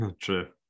True